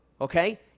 okay